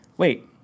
wait